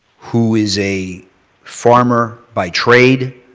who is a farmer by trade.